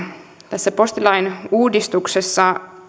tässä postilain uudistuksessa